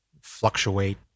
fluctuate